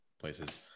places